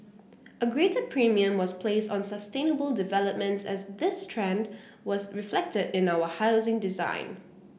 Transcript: a greater premium was placed on sustainable developments as this trend was reflected in our housing design